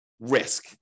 risk